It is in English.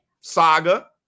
saga